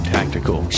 Tactical